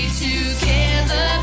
together